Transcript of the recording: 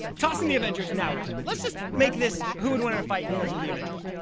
toss in the avengers, now what? let's just make this, who would win in a fight, you guys or the avengers?